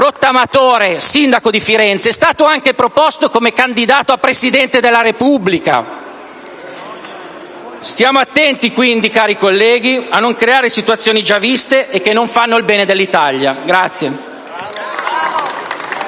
rottamatore di Firenze è stato anche proposto come candidato a Presidente della Repubblica! Stiamo attenti quindi, cari colleghi, a non creare situazioni già viste e che non fanno il bene dell'Italia.